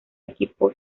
equipo